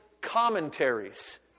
commentaries